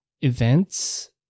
events